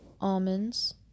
almonds